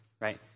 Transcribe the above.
right